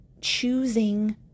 choosing